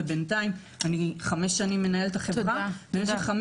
בינתיים אני 5 שנים מנהלת החברה במשך 5